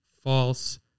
false